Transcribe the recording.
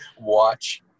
watch